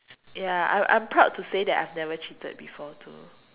ya I'm I'm proud to say that I've never cheated before too